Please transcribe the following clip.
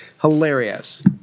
Hilarious